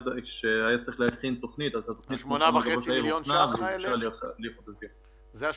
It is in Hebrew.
שהיה צריך להכין תוכנית --- זה ה-8.5